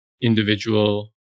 individual